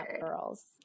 girls